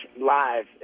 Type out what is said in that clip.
live